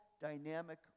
dynamic